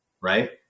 right